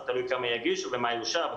זה תלוי כמה יגישו ומה יאושר,